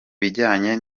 bijyanye